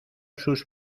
sus